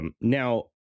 Now